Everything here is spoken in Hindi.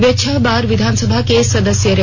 वे छह बार विधानसभा के सदस्य रहे